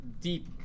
deep